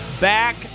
back